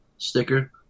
sticker